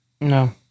No